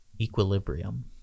Equilibrium